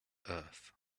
earth